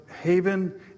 *Haven